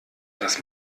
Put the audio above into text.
das